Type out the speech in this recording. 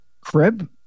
crib